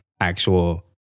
actual